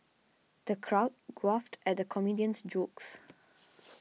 the crowd guffawed at the comedian's jokes